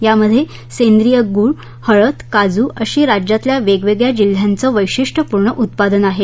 यामध्ये सेंद्रिय गूळ हळद काजू अशी राज्यातल्या वेगवेगळया जिल्ह्यांच वैशिष्टपूर्ण उत्पादनं आहेत